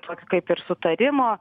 toks kaip ir sutarimo